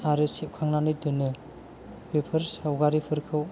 आरो सेबखांनानै दोनो बेफोर सावगारिफोरखौ